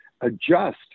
adjust